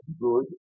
good